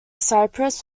cyprus